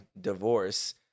divorce